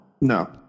no